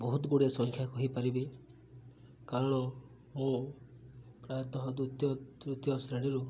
ବହୁତ ଗୁଡ଼ିଏ ସଂଖ୍ୟା କହିପାରିବି କାରଣ ମୁଁ ପ୍ରାୟତଃ ଦ୍ୱିତୀୟ ତୃତୀୟ ଶ୍ରେଣୀରୁ